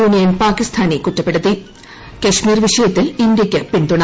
union പാകിസ്ഥാനെ കുറ്റപ്പെടുത്തി കശ്മീർ വിഷയത്തിൽ ഇന്ത്യയ്ക്ക് പിന്തുണ